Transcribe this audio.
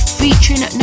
featuring